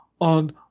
on